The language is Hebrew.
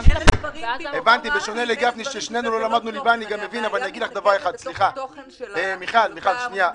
את לא עונה --- הבעיה מתנקזת בתוך התוכן של העמותה,